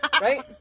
Right